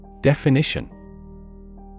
Definition